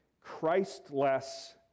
Christless